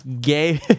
gay